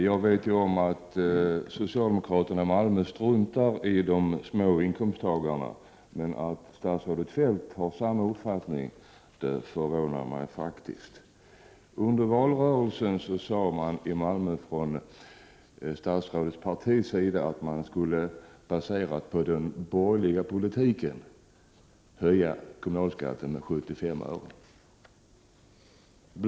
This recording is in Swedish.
Fru talman! Jag vet att socialdemokraterna i Malmö struntar i dem som har små inkomster. Att statsrådet Feldt har samma uppfattning förvånar mig faktiskt. Under valrörelsen sade företrädare för statsrådets parti i Malmö att skatten där som en följd av den borgerliga politiken skulle höjas med 75 öre om de kom till makten.